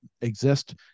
exist